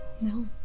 No